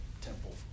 temple